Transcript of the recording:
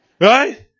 Right